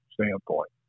standpoint